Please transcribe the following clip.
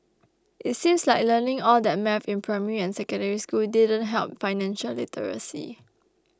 it seems like learning all that maths in primary and Secondary School didn't help financial literacy